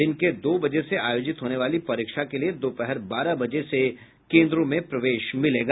दिन के दो बजे से आयोजित होने वाली परीक्षा के लिये दोपहर बारह बजे से प्रवेश मिलेगा